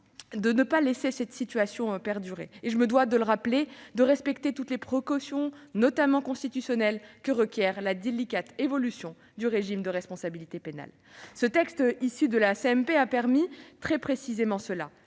de ne pas laisser ces situations perdurer, mais aussi, je me dois de le rappeler, de respecter toutes les précautions, notamment constitutionnelles, que requiert la délicate évolution du régime de la responsabilité pénale. Le texte issu de la commission mixte